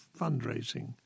fundraising